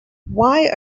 why